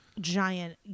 giant